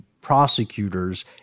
prosecutors